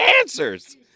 answers